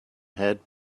had